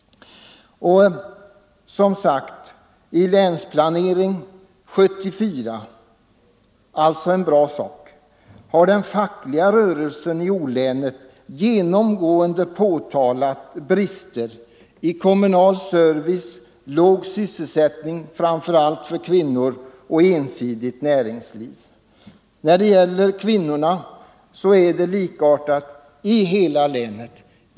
Som sagt, i Länsplanering 74 — alltså en bra sak — har den fackliga rörelsen i O-länet genomgående påtalat brister när det gäller kommunal service, låg sysselsättning, framför allt för kvinnor, och ensidigt näringsliv. Beträffande kvinnorna är situationen densamma i hela länet.